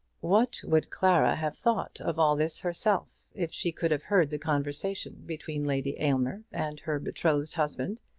what would clara have thought of all this herself, if she could have heard the conversation between lady aylmer and her betrothed husband,